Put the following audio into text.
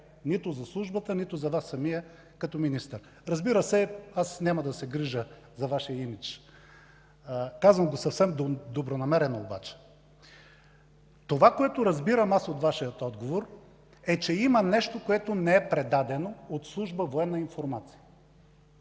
нито за службата, нито за Вас като министър. Разбира се, аз няма да се грижа за Вашия имидж. Казвам го обаче съвсем добронамерено. Това, което разбирам от Вашия отговор, е, че има нещо, което не е предадено от служба „Военна информация”